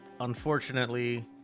unfortunately